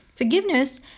Forgiveness